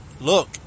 look